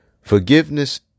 Forgiveness